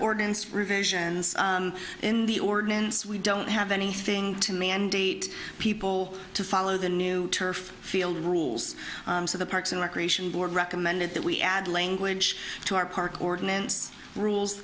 ordinance revisions in the ordinance we don't have anything to mandate people to follow the new turf field rules so the parks and recreation board recommended that we add language to our park ordinance rules